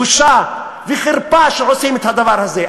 בושה וחרפה שעושים את הדבר הזה.